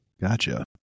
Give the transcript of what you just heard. Gotcha